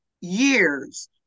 years